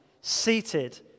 seated